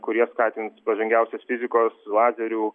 kurie skatins pažangiausias fizikos lazerių